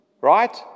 Right